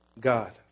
God